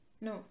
no